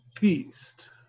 Beast